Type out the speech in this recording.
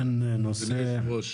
אדוני היושב-ראש,